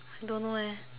don't know leh